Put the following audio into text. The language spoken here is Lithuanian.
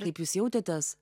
kaip jūs jautėtės